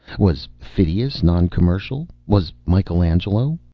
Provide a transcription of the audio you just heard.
was phidias non-commercial? was michaelangelo?